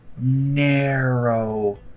narrow